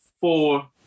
four